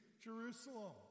Jerusalem